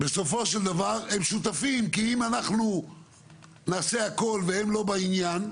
בסופו של דבר הם שותפים כי אם אנחנו נעשה הכול והם לא בעניין,